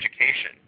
education